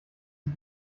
sie